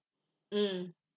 mm